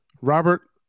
Robert